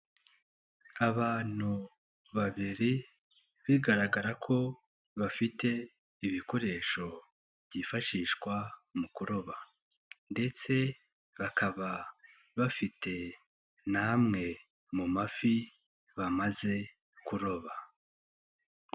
Abantu babiri bigaragara ko bafite ibikoresho byifashishwa mu kuroba ndetse bakaba bafite n'amwe mu mafi bamaze kuroba.